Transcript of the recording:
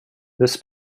this